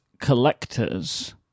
collectors